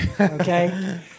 okay